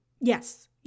Yes